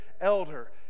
elder